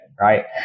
Right